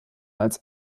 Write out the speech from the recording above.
als